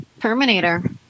Terminator